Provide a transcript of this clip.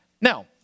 Now